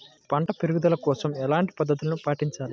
నేను పంట పెరుగుదల కోసం ఎలాంటి పద్దతులను పాటించాలి?